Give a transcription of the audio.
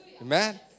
Amen